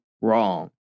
wrong